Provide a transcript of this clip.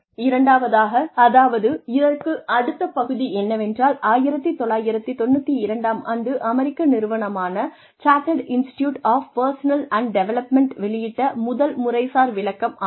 இரண்டாவதாக அதாவது இதற்கு அடுத்த பகுதி என்னவென்றால் 1992 ஆம் ஆண்டு அமெரிக்க நிறுவனமான chartered institute of personnel and development வெளியிட்ட முதல் முறைசார் விளக்கம் ஆகும்